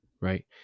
right